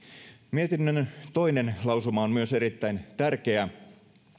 mietinnön toinen lausuma on myös erittäin tärkeä